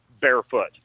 Barefoot